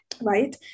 right